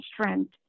strength